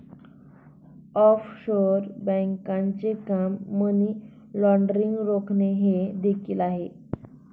offshore बँकांचे काम money laundering रोखणे हे देखील आहे